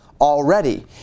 already